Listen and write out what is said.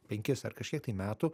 penkis ar kažkiek tai metų